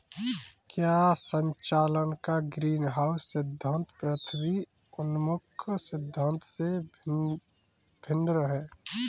क्या संचालन का ग्रीनहाउस सिद्धांत पृथ्वी उन्मुख सिद्धांत से भिन्न है?